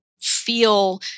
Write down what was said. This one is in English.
feel